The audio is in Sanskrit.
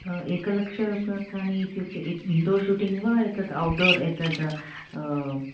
एकलक्षरूप्यकाणि इत्युक्ते इण् इण्डोर् शुटिङ्ग् वा एतत् औट्डोर् एतत्